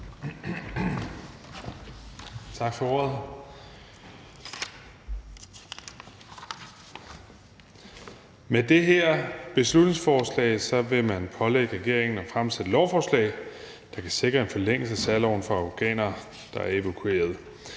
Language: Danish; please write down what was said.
Tak for ordet. Med det her beslutningsforslag vil man pålægge regeringen at fremsætte lovforslag, der kan sikre en forlængelse af særloven for afghanere, der er evakueret.